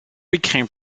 became